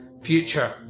future